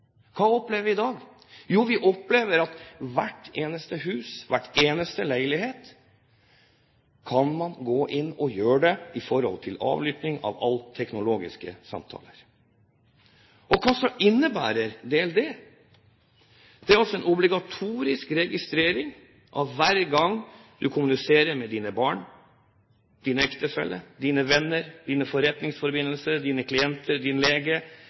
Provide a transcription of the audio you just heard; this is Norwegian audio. Hva opplever vi i dag? Jo, vi opplever at man i hvert eneste hus og i hver eneste leilighet kan gå inn og avlytte alle teknologiske samtaler. Og hva innebærer datalagringsdirektivet? Det er altså en obligatorisk registrering hver gang du kommuniserer med dine barn, din ektefelle, dine venner, dine forretningsforbindelser, dine klienter, din lege,